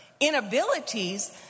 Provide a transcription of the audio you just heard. inabilities